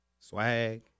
swag